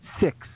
six